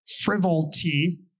frivolity